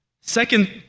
Second